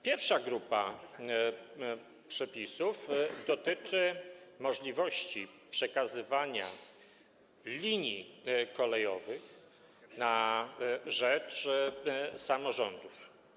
Pierwsza grupa przepisów dotyczy możliwości przekazywania linii kolejowych na rzecz samorządów.